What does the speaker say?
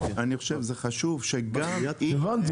אני חושב שזה חשוב שגם אם --- הבנתי,